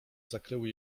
zakryły